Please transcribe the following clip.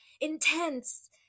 intense